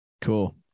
Cool